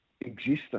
existence